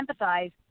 empathize